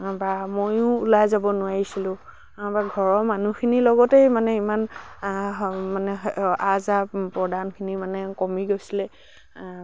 বা ময়ো ওলাই যাব নোৱাৰিছিলোঁ বা ঘৰৰ মানুহখিনিৰ লগতেই মানে ইমান মানে আহ যাহ প্ৰদানখিনি মানে কমি গৈছিলে